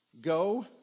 Go